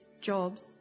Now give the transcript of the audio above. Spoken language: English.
jobs